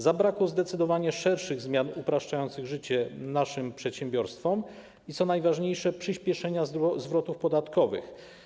Zabrakło zdecydowanie szerszych zmian upraszczających życie naszym przedsiębiorstwom i, co najważniejsze, przyspieszenia zwrotów podatkowych.